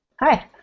Hi